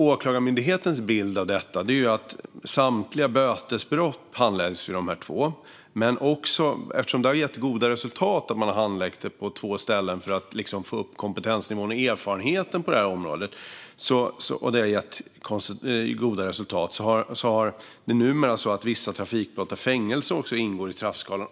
Åklagarmyndighetens bild av detta är att det har gett goda resultat att man, för att få upp kompetensnivån och erfarenheten på detta område, handlägger samtliga bötesbrott på dessa två ställen. Där hanteras numera också vissa trafikbrott där fängelse ingår i straffskalan.